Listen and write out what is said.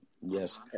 Yes